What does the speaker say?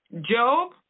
Job